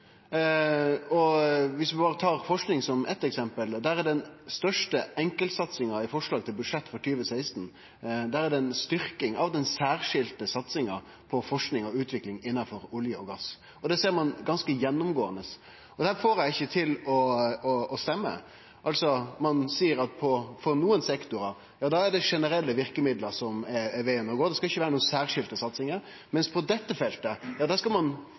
gass. Viss vi tar forsking som eitt eksempel: Der er den største enkeltsatsinga i forslaget til budsjett for 2016 ei styrking av den særskilde satsinga på forsking og utvikling innanfor olje og gass. Det ser ein ganske gjennomgåande, og det får eg ikkje til å stemme. Altså: Ein seier at for nokon sektorar er det generelle verkemiddel som er vegen å gå, at det ikkje skal vere nokon særskilde satsingar, mens på dette feltet skal ein